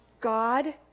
god